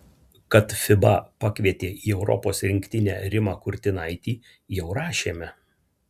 kad fiba pakvietė į europos rinktinę rimą kurtinaitį jau rašėme